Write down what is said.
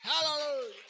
Hallelujah